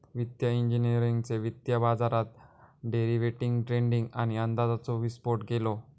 वित्तिय इंजिनियरिंगने वित्तीय बाजारात डेरिवेटीव ट्रेडींग आणि अंदाजाचो विस्फोट केलो